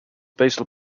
basal